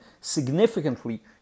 significantly